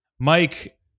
Mike